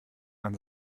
man